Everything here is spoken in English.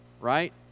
right